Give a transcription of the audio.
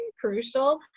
crucial